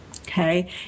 Okay